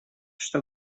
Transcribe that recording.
что